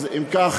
אם כך,